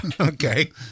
okay